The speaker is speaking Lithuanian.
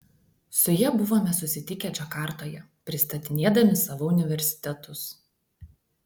su ja buvome susitikę džakartoje pristatinėdami savo universitetus